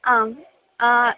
आम्